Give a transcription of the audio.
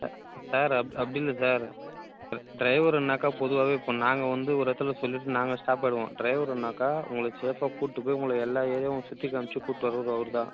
sir sir அப்படி அப்படி இல்லை சார் சார் ட்ரைவருன்னாக்கால் பொதுவாகவே இப்போ நாங்கள் வந்து ஒரு இடத்துல சொல்லிவிட்டு நாங்கள் ஸ்டாப் ஆகிடுவோம் ட்ரைவருன்னாக்கால் உங்களை சேஃபாக கூப்பிட்டு போய் உங்களை எல்லா ஏரியாவும் சுற்றி காமித்து கூப்பிட்டு வர்றது அவர்தான்